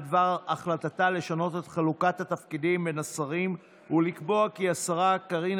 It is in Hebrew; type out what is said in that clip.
בדבר החלטתה לשנות את חלוקת התפקידים בין השרים ולקבוע כי השרה קארין